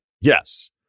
Yes